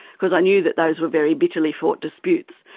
because i knew that those were very bitterly fought disputes.